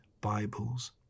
Bibles